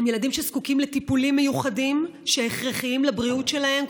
אלה ילדים שזקוקים לטיפולים מיוחדים שהכרחיים לבריאות שלהם,